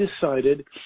decided